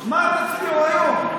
מה תצביעו היום,